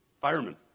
firemen